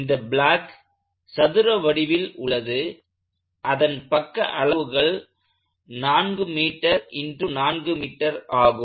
இந்த பிளாக் சதுர வடிவில் உள்ளது அதன் பக்க அளவுகள் 4m x 4m ஆகும்